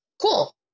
Cool